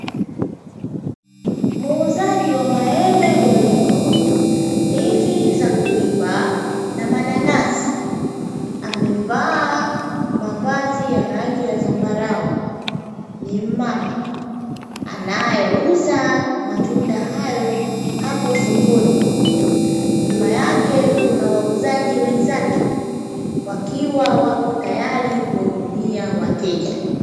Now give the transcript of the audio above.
Muuzaji wa maembe bolingo, ndizi za kuiva na mananasi amevaa mavazi ya rangi zambarau, ni mmama anayeuza matunda hayo hapo sokoni. Nyuma yake kuna wauzaji wenzake wakiwa wapo tayari kuwahudumia wateja.